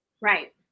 right